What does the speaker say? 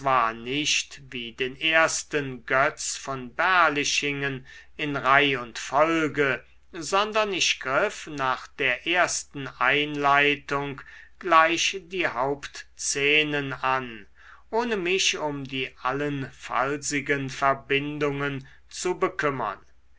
nicht wie den ersten götz von berlichingen in reih und folge sondern ich griff nach der ersten einleitung gleich die hauptszenen an ohne mich um die allenfallsigen verbindungen zu bekümmern